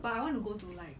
but I want to go to like